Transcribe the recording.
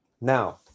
Now